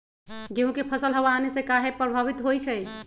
गेंहू के फसल हव आने से काहे पभवित होई छई?